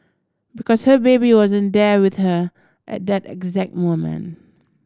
because her baby wasn't there with her at that exact moment